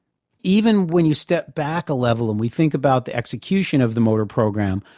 even when you step back a level and we think about the execution of the motor program,